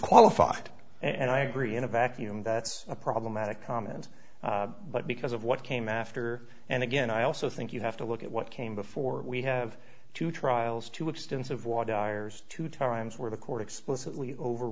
qualified and i agree in a vacuum that's a problematic comment but because of what came after and again i also think you have to look at what came before we have two trials two extensive what dyer's two times where the court explicitly over